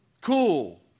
Cool